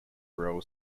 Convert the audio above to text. royal